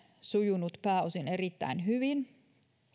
sujunut pääosin erittäin hyvin